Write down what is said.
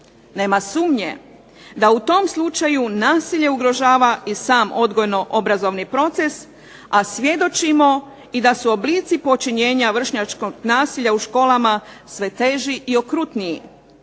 Nema sumnje da u tom slučaju nasilje ugrožava i sam odgojno-obrazovni proces a svjedočimo i da su oblici počinjenja vršnjačkog nasilja u školama sve teži i okrutniji.